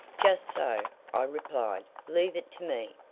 just so, i replied. leave it to me.